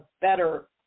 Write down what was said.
better